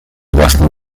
własnym